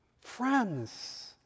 Friends